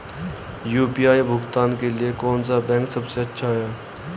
UPI भुगतान के लिए कौन सा बैंक सबसे अच्छा है?